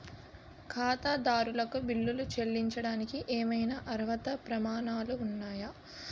ఖాతాదారులకు బిల్లులు చెల్లించడానికి ఏవైనా అర్హత ప్రమాణాలు ఉన్నాయా?